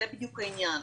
זה בדיוק העניין,